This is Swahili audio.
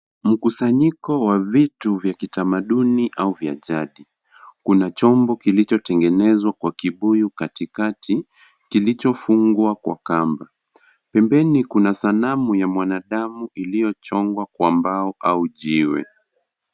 Mkusanyiko wa vitu vya kitamaduni au vya jadi. Kuna chombo kilichotengenezwa kwa kibuyu katikati, kilichofungwa kwa kamba. Pembeni kuna sanamu ya mwanadamu iliyochongwa kwa mbao au jiwe.